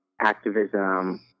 activism